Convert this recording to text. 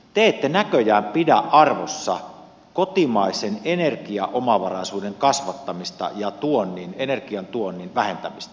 te ette näköjään pidä arvossa kotimaisen energiaomavaraisuuden kasvattamista ja energian tuonnin vähentämistä